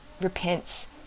repents